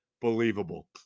believable